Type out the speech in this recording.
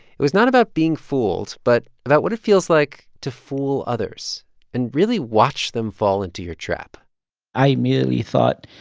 it was not about being fooled, but about what it feels like to fool others and really watch them fall into your trap i merely thought,